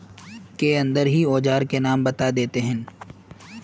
के अंदर ही औजार के नाम बता देतहिन?